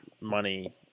Money